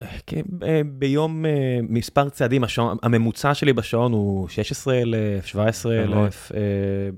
כי ביום מספר צעדים הממוצע שלי בשעון הוא 16 17 אלף.